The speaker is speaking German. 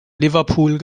liverpool